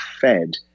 fed